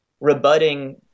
rebutting